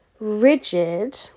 rigid